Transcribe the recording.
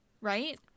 right